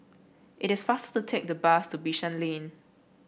it is faster to take the bus to Bishan Lane